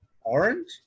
Orange